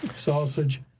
sausage